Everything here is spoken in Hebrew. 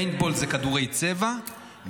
פּיינטבּוֹל זה כדורי צבע,